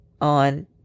on